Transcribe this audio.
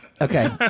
Okay